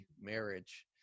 marriage